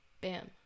bam